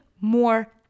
more